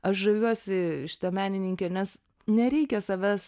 aš žaviuosi šita menininke nes nereikia savęs